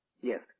Yes